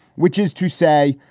which is to say,